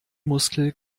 muskel